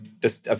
dass